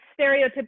stereotypical